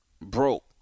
broke